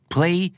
Play